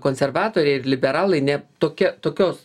konservatoriai ir liberalai ne tokia tokios